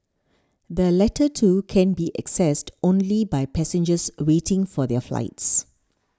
the latter two can be accessed only by passengers waiting for their flights